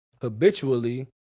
habitually